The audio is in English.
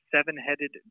seven-headed